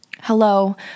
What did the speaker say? hello